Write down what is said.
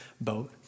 boat